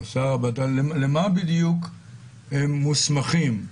למה בדיוק הם מוסמכים?